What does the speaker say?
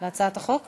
על הצעת החוק?